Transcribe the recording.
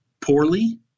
poorly